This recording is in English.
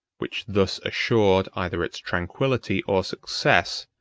which thus assured either its tranquillity or success,